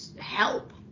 help